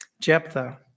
Jephthah